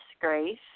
disgrace